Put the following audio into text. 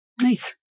Nice